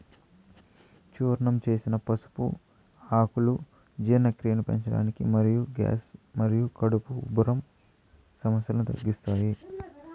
చూర్ణం చేసిన పసుపు ఆకులు జీర్ణక్రియను పెంచడానికి మరియు గ్యాస్ మరియు కడుపు ఉబ్బరం సమస్యలను తగ్గిస్తాయి